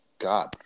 God